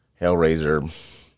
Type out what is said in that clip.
Hellraiser